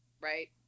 right